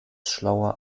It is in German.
schlauer